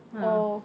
ah